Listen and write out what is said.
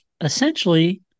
essentially